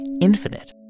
infinite